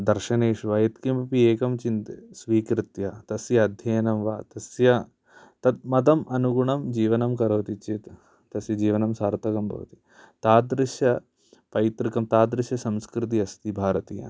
दर्शनेषु वा यत् किमपि एकं चिन्त स्वीकृत्य तस्य अध्ययनं वा तस्य तद् मतम् अनुगुणं जीवनङ्करोति चेत् तस्य जीवनं सार्थकं भवति तादृश पैतृकं तादृश संस्कृतिः अस्ति भारतीयानाम्